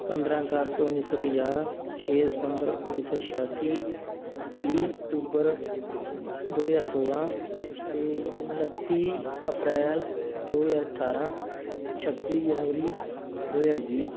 ਪੰਦਰਾਂ ਅਗਸਤ ਉੱਨੀ ਸੌ ਪੰਜਾਹ ਛੇ ਸਤੰਬਰ ਉੱਨੀ ਸੌ ਛਿਆਸੀ ਵੀਹ ਅਕਤੂਬਰ ਦੋ ਹਜ਼ਾਰ ਸੋਲ੍ਹਾਂ ਅਤੇ ਉਨੱਤੀ ਅਪ੍ਰੈਲ ਦੋ ਹਜ਼ਾਰ ਅਠਾਰਾਂ ਛੱਬੀ ਜਨਵਰੀ ਦੋ ਹਜ਼ਾਰ ਵੀਹ